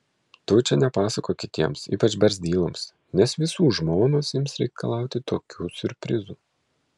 tu čia nepasakok kitiems ypač barzdyloms nes visų žmonos ims reikalauti tokių siurprizų